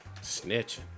Snitch